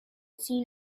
seen